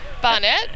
Barnett